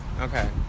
okay